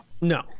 No